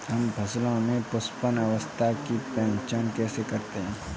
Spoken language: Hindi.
हम फसलों में पुष्पन अवस्था की पहचान कैसे करते हैं?